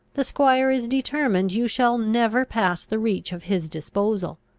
the squire is determined you shall never pass the reach of his disposal.